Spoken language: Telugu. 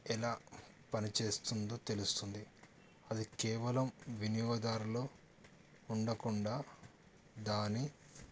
ఎలా పనిచేస్తుందో తెలుస్తుంది అది కేవలం వినియోగదారులో ఉండకుండా దాని